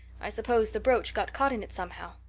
i suppose the brooch got caught in it somehow.